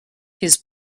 his